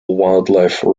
wildlife